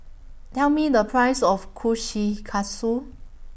Tell Me The Price of Kushikatsu